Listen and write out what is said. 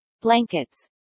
blankets